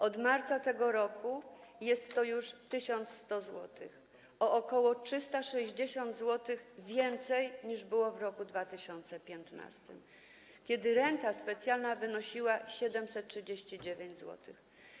Od marca tego roku jest to już 1100 zł, czyli o ok. 360 zł więcej, niż było to w roku 2015, kiedy renta socjalna wynosiła 739 zł.